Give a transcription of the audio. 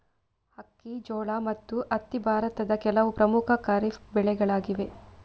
ಅಕ್ಕಿ, ಜೋಳ ಮತ್ತು ಹತ್ತಿ ಭಾರತದ ಕೆಲವು ಪ್ರಮುಖ ಖಾರಿಫ್ ಬೆಳೆಗಳಾಗಿವೆ